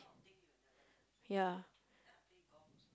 ya